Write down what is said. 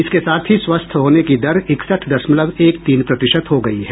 इसके साथ ही स्वस्थ होने की दर इकसठ दशमलव एक तीन प्रतिशत हो गई है